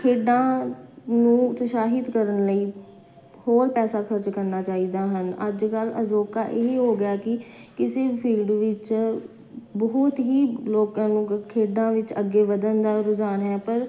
ਖੇਡਾਂ ਨੂੰ ਉਤਸ਼ਾਹਿਤ ਕਰਨ ਲਈ ਹੋਰ ਪੈਸਾ ਖਰਚ ਕਰਨਾ ਚਾਹੀਦਾ ਹਨ ਅੱਜ ਕੱਲ੍ਹ ਅਜੋਕਾ ਇਹੀ ਹੋ ਗਿਆ ਕਿ ਕਿਸੇ ਫੀਲਡ ਵਿੱਚ ਬਹੁਤ ਹੀ ਲੋਕਾਂ ਨੂੰ ਗ ਖੇਡਾਂ ਵਿੱਚ ਅੱਗੇ ਵਧਣ ਦਾ ਰੁਝਾਨ ਹੈ ਪਰ